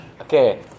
okay